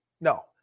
No